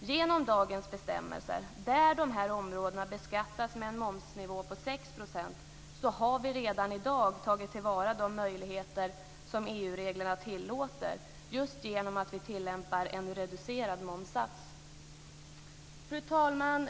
Genom dagens bestämmelser där de här områdena beskattas med en momsnivå på 6 % har vi redan i dag tagit till vara de möjligheter som EU-reglerna tillåter just genom att vi tillämpar en reducerad momssats. Fru talman!